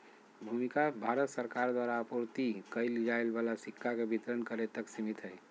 भूमिका भारत सरकार द्वारा आपूर्ति कइल जाय वाला सिक्का के वितरण करे तक सिमित हइ